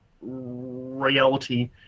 reality